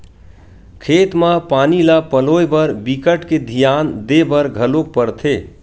खेत म पानी ल पलोए बर बिकट के धियान देबर घलोक परथे